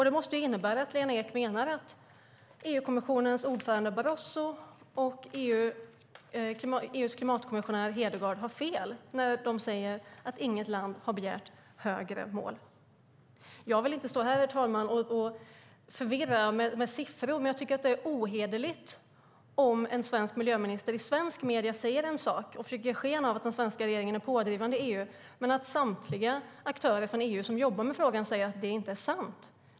Det måste ju innebära att Lena Ek menar att EU-kommissionens ordförande Barroso och EU:s klimatkommissionär Hedegaard har fel när de säger att inget land har begärt högre mål. Jag vill inte stå här och förvirra med siffror, herr talman, men jag tycker att det är ohederligt om en svensk miljöminister i svenska medier försöker ge sken av att den svenska regeringen är pådrivande i EU medan samtliga aktörer i EU som jobbar med frågan säger att det inte är sant.